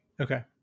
Okay